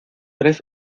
tres